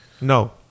No